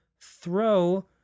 throw